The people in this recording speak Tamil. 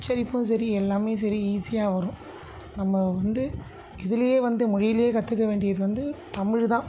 உச்சரிப்பும் சரி எல்லாமே சரி ஈஸியாக வரும் நம்ம வந்து இதுலேயே வந்து மொழியிலே கற்றுக்க வேண்டியது வந்து தமிழ் தான்